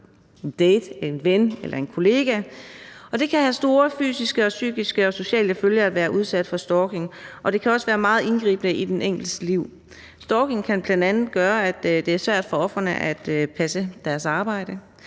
en date, en ven eller en kollega. Det kan have store fysiske og psykiske og sociale følger at være udsat for stalking, og det kan også være meget indgribende i den enkeltes liv. Stalking kan bl.a. gøre, at det er svært for ofrene at passe deres arbejde,